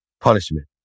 punishment